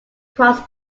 across